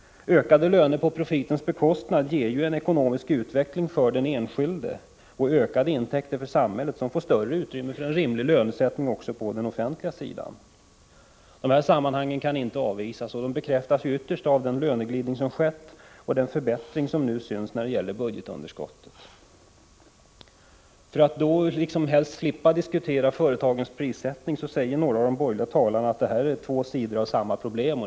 Ökade löner på profitens bekostnad innebär ju en ekonomisk utveckling för den enskilde och ökade intäkter för samhället, som får större utrymme för en rimlig lönesättning också på den offentliga sidan. Dessa sammanhang kan inte avvisas. De bekräftas ytterst av den löneglidning som skett och den förbättring som nu syns när det gäller budgetunderskottet. För att slippa diskutera företagens prissättning säger några av de borgerliga talarna att det här är två sidor av ett och samma problem.